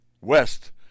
west